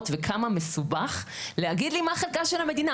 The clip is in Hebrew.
וכמה מסובך להגיד לי מה חלקה של המדינה.